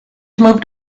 moved